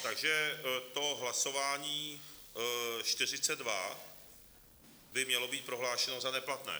Takže to hlasování 42 by mělo být prohlášeno za neplatné?